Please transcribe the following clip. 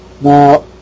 Now